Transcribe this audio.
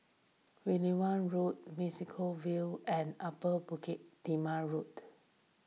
Wittering Road Vale and Upper Bukit Timah Road